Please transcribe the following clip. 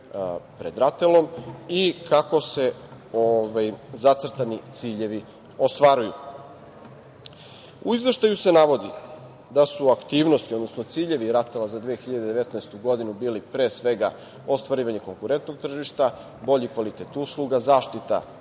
pred RATEL-om i kako se zacrtani ciljevi ostvaruju.U Izveštaju se navodi da su aktivnosti, odnosno ciljevi RATEL-a za 2019. godinu bili, pre svega, ostvarivanje konkurentnog tržišta, bolji kvalitet usluga, zaštita